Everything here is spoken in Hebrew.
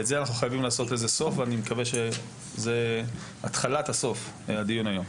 אני מקווה שהדיון היום הוא התחלה של סוף הדבר הזה.